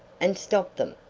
and stop them!